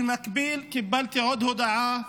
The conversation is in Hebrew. במקביל קיבלתי עוד הודעה